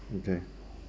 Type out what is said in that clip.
okay